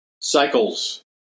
cycles